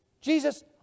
Jesus